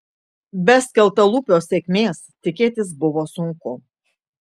be skeltalūpio sėkmės tikėtis buvo sunku